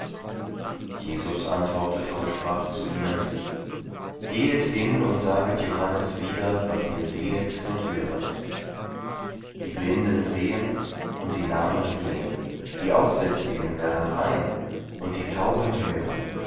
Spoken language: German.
jesus antwortete und sprach zu ihnen gehet hin und saget johannes wieder was ihr sehet und höret die blinden sehen und die lahmen gehen die aussätzigen werden rein und die tauben hören